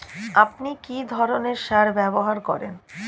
আপনি কী ধরনের সার ব্যবহার করেন?